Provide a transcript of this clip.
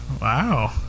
Wow